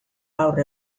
gaur